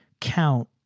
count